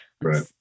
Right